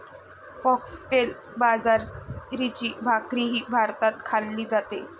foxtail बाजरीची भाकरीही भारतात खाल्ली जाते